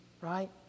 right